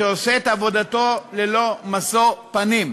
שעושה את עבודתו ללא משוא פנים.